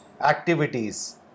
activities